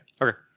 Okay